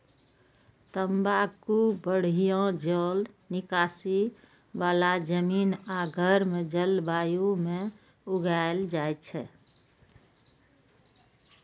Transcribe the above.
तंबाकू बढ़िया जल निकासी बला जमीन आ गर्म जलवायु मे उगायल जाइ छै